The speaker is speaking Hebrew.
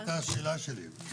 זו היתה השאלה שלי.